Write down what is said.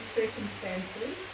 circumstances